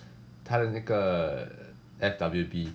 他的那个 F_W_B